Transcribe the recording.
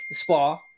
spa